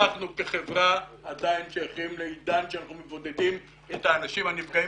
אנחנו כחברה עדיין שייכים לעידן שאנחנו מבודדים את האנשים הנפגעים